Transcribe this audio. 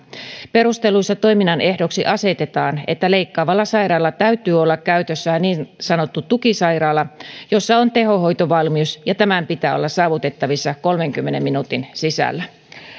perusteluissa toiminnan ehdoiksi asetetaan että leikkaavalla sairaalalla täytyy olla käytössään niin sanottu tukisairaala jossa on tehohoitovalmius ja tämän pitää olla saavutettavissa kolmenkymmenen minuutin sisällä